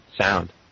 sound